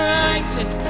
righteous